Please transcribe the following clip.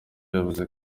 yavuze